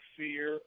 fear